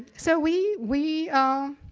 so we, we,